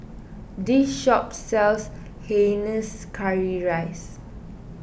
this shop sells Hainanese Curry Rice